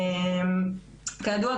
כידוע,